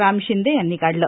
राम शिंदे यांनी काढलं